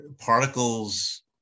particles